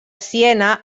siena